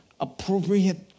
appropriate